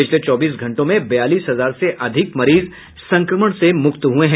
पिछले चौबीस घंटों में बयालीस हजार से अधिक मरीज संक्रमण से मुक्त हुए हैं